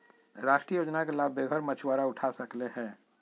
राष्ट्रीय योजना के लाभ बेघर मछुवारा उठा सकले हें